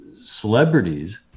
celebrities